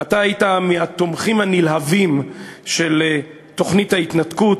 ואתה היית מהתומכים הנלהבים של תוכנית ההתנתקות.